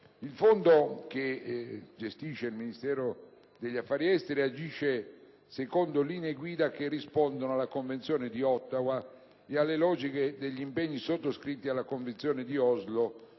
Il Fondo che gestisce il Ministero degli affari esteri agisce secondo linee guida che rispondono alla Convenzione di Ottawa e alle logiche degli impegni sottoscritti alla Convenzione di Oslo